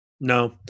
no